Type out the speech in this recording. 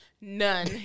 None